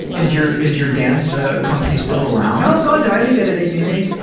is your is your dance ah company still around? oh, god no, i only did it at uni.